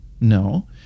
No